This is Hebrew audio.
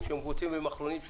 ממנהל מקרקעי